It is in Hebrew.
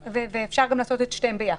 שאפשר לעשות גם את שתיהן ביחד.